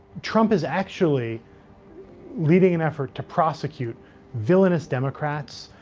trump is actually leading an effort to prosecute villainous democrats,